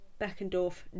Beckendorf